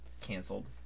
canceled